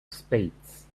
spades